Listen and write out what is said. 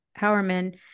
Howerman